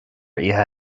oíche